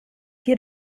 hier